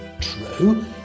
True